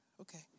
Okay